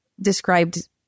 described